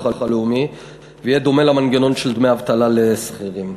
הלאומי ויהיה דומה למנגנון של דמי אבטלה לשכירים.